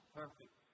perfect